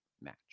match